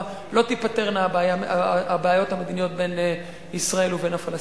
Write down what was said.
לא תיפתרנה הבעיות המדיניות בין ישראל ובין הפלסטינים,